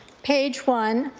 page one,